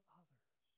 others